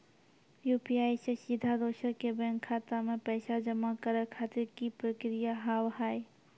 UPI से सीधा दोसर के बैंक खाता मे पैसा जमा करे खातिर की प्रक्रिया हाव हाय?